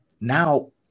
Now